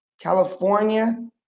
California